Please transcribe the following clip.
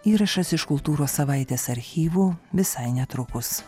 įrašas iš kultūros savaitės archyvų visai netrukus